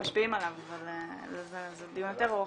משפיעים עליו, אבל זה דיון יותר ארוך,